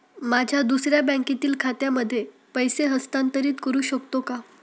माझ्या दुसऱ्या बँकेतील खात्यामध्ये पैसे हस्तांतरित करू शकतो का?